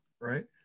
right